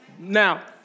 Now